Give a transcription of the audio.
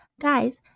guys